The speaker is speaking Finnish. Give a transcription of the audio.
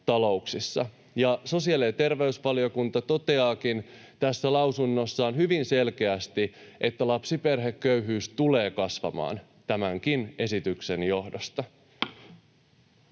Sosiaali- ja terveysvaliokunta toteaakin mietinnössään hyvin selkeästi, että lapsiperheköyhyys tulee kasvamaan tämänkin esityksen johdosta.